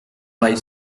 wife